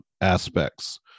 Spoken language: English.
aspects